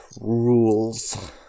rules